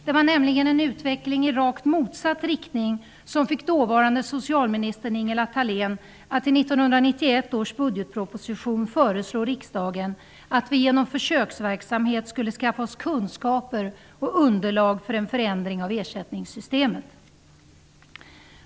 Det var nämligen en utveckling i rakt motsatt riktning som fick dåvarande socialministern Ingela Thalén att i 1991 års budgetproposition föreslå riksdagen att vi genom försöksverksamhet skulle skaffa oss kunskaper och underlag för en förändring av ersättningssystemet.